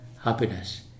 happiness